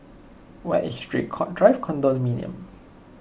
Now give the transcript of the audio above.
where is Draycott Drive Condominium